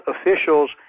officials